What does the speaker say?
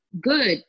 good